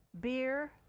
beer